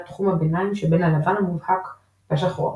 תחום הביניים שבין הלבן המובהק לשחור המובהק.